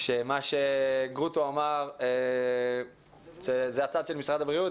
שמה שגרוטו אמר זו הצעה של משרד הבריאות,